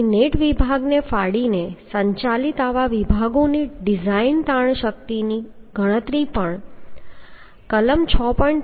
તેથી નેટ વિભાગને ફાડીને સંચાલિત આવા વિભાગોની ડિઝાઇન તાણ શક્તિની ગણતરી પણ કલમ 6